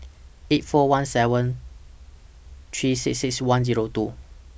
eight four one seven three six six one Zero two